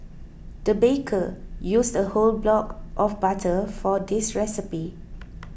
the baker used a whole block of butter for this recipe